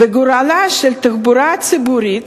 וגורלה של התחבורה הציבורית